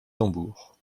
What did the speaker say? tambours